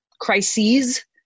crises